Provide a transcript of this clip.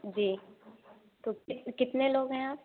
जी तो कितने लोग हैं आप